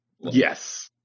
Yes